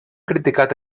criticat